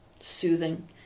soothing